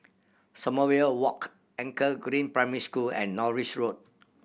Sommerville Walk Anchor Green Primary School and Norris Road